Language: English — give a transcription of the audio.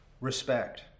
respect